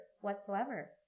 whatsoever